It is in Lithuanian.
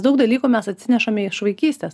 daug dalykų mes atsinešame iš vaikystės